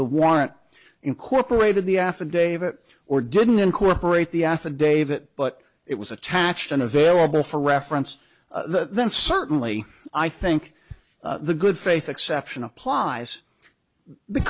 the warrant incorporated the affidavit or didn't incorporate the affidavit but it was attached and available for reference then certainly i think the good faith exception applies